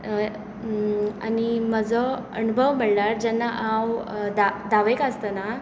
आनी म्हजो अणभव म्हणल्यार जेन्ना हांव धावेक आसतना